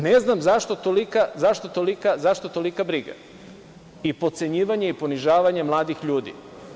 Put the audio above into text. Ne znam zašto tolika briga i potcenjivanje i ponižavanje mladih ljudi?